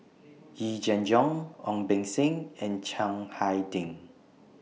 Yee Jenn Jong Ong Beng Seng and Chiang Hai Ding